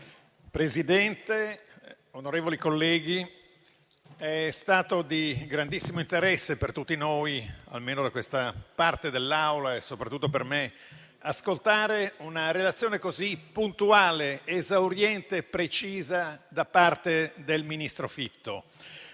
Presidente, onorevoli colleghi, è stato di grandissimo interesse per tutti noi, almeno da questa parte dell'Aula e soprattutto per me, ascoltare una relazione così puntuale, esauriente e precisa da parte del ministro Fitto,